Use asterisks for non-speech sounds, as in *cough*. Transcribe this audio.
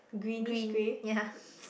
green *laughs* ya